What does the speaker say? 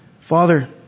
Father